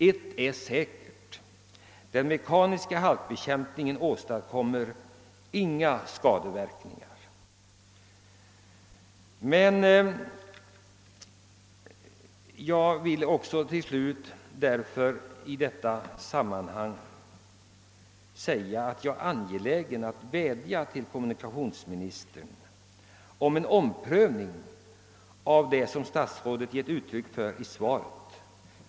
Ett är säkert: den mekaniska halkbekämpningen åstadkommer inga skadeverkningar. Jag vill sluta med att vädja till kommunikationsministern att han omprövar den ståndpunkt han givit uttryck åt i svaret.